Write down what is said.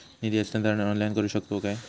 निधी हस्तांतरण ऑनलाइन करू शकतव काय?